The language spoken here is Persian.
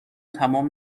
تمام